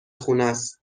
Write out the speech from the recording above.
خونست